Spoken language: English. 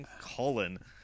colon